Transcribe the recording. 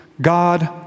God